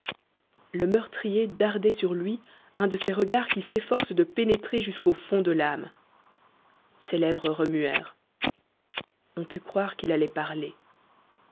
le meurtrier dardait sur lui un de ces regards qui s'efforcent de pénétrer jusqu'au fond de l'âme ses lèvres remuèrent on put croire qu'il allait parler